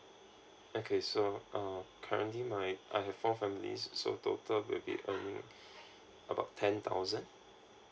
okay so um currently my I have four families so total will be um about ten thousand